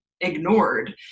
ignored